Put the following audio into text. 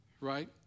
Right